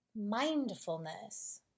mindfulness